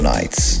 Nights